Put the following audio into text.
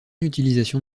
utilisation